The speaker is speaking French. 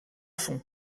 fond